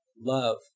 love